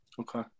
okay